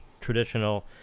traditional